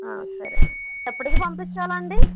సరేనండి ఎప్పటికి పంపించాలండి